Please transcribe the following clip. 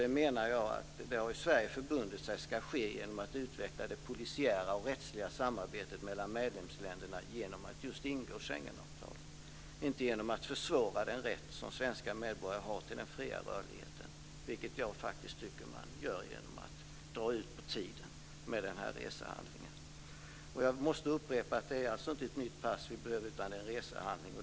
Jag menar att Sverige har förbundit sig för att det ska ske genom utvecklande av det polisiära och rättsliga samarbetet mellan medlemsländerna genom att gå in under Schengenavtalet, inte genom att försvåra den rätt till fri rörlighet som svenska medborgare har, vilket jag faktiskt tycker att man gör genom att dra ut på tiden med den här resehandlingen. Jag måste upprepa att det inte är ett nytt pass som vi behöver utan en resehandling.